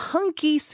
Hunky